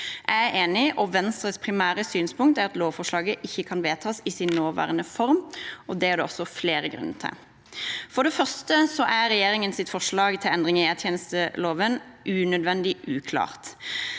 Jeg er enig, og Venstres primære synspunkt er at lovforslaget ikke kan vedtas i sin nåværende form. Det er det også flere grunner til. For det første er regjeringens forslag til endringer i etterretningstjenesteloven unødvendig uklart.